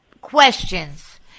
questions